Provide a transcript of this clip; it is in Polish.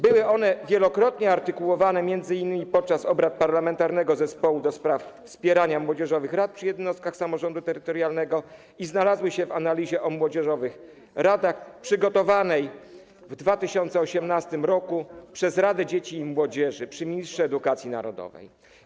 Były one wielokrotnie artykułowane, m.in. podczas obrad Parlamentarnego Zespołu ds. Wspierania Młodzieżowych Rad przy Jednostkach Samorządu Terytorialnego, i znalazły się w analizie pt. „O młodzieżowych radach” przygotowanej w 2018 r. przez radę dzieci i młodzieży przy ministrze edukacji narodowej.